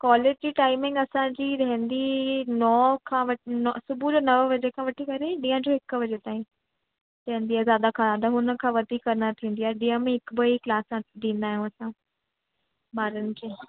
college जी timings असांजी रहंदी नौ खां वठी नौ सुबुह जो नवें बजे खां वठी ॾींहं जो हिक बजे ताईं रहंदी आहे ज्यादा हुन खां वधीक न थींदी आहे ॾींहं में हिकिड़ो ई क्लासां ॾींदा आहियूं असां ॿारनि खे